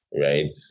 Right